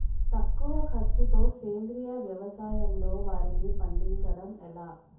తక్కువ ఖర్చుతో సేంద్రీయ వ్యవసాయంలో వారిని పండించడం ఎలా?